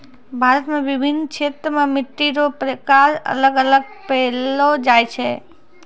भारत मे विभिन्न क्षेत्र मे मट्टी रो प्रकार अलग अलग पैलो जाय छै